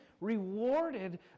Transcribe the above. rewarded